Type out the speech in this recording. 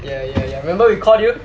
ya ya ya remember we called you